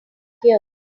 here